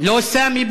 לא סאמי,